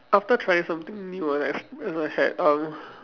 after trying something new I ex~ as I had uh